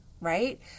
right